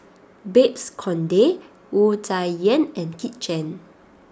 Babes Conde Wu Tsai Yen and Kit Chan